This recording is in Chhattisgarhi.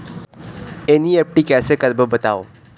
एन.ई.एफ.टी कैसे करबो बताव?